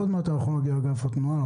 עוד מעט נגיע לאגף התנועה.